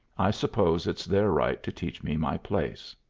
i suppose it's their right to teach me my place.